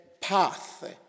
path